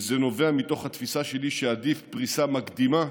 זה נובע מתוך התפיסה שלי שעדיפה פריסה מקדימה